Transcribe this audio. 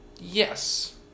Yes